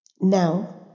Now